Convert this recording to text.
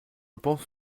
pense